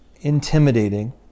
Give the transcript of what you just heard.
intimidating